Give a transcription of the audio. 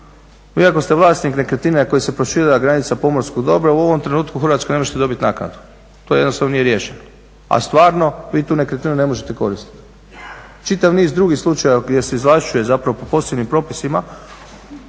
Vi ako ste vlasnik nekretnine na koju se proširila granica pomorskog dobra u ovom trenutku u Hrvatskoj ne možete dobiti naknadu. To jednostavno nije riješeno, a stvarno vi tu nekretninu ne možete koristiti. Čitav niz drugih slučajeva gdje se izvlašćuje zapravo po posebnim propisima